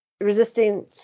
resisting